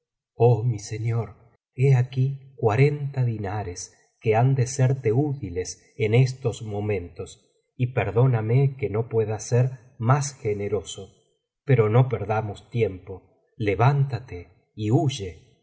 de dulce amiga señor he aquí cuarenta dinares que han de serte útiles en estos momentos y perdóname que no pueda ser más generoso pero no perdamos tiempo levántate y huye